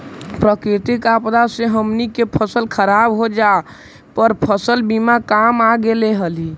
प्राकृतिक आपदा से हमनी के फसल खराब हो जाए पर फसल बीमा काम आ गेले हलई